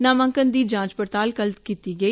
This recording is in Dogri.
नामांकन दी जांच पड़ताल कल कीती गेई